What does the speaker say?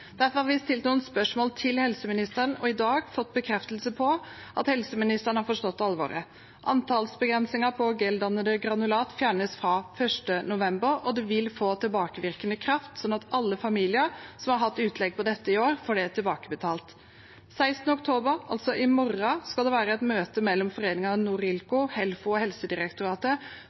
Derfor har vi stilt noen spørsmål til helseministeren og i dag fått bekreftelse på at helseministeren har forstått alvoret. Antallsbegrensningen på geldannende granulat fjernes fra 1. november. Det vil få tilbakevirkende kraft, sånn at alle familier som har hatt utlegg for dette i år, får det tilbakebetalt. Den 16. oktober, altså i morgen, skal det være et møte mellom foreningen NORILCO, Helfo og Helsedirektoratet